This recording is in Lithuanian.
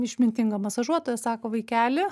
išmintinga masažuotoja sako vaikeli